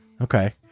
Okay